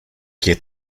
και